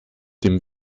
dem